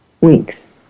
weeks